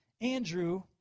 Andrew